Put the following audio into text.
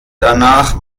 danach